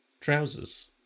trousers